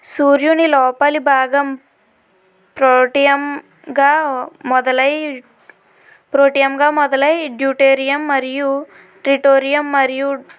సూర్యుని లోపలి భాగం ప్రోటియంగా మొదలై ప్రోటియంగా మొదలై డ్యూటేరియం మరియు ట్రిటోరియమ్ మరియు